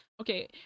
okay